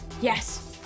Yes